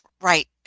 Right